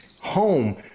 Home